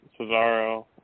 Cesaro